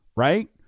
Right